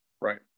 right